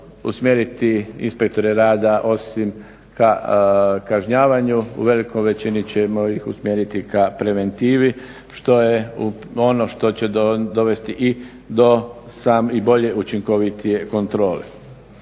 usmjeriti inspektore rada, osim ka kažnjavanju, u velikoj većini ćemo ih usmjeriti ka preventivi što je ono što će dovesti i do bolje i učinkovitije kontrole.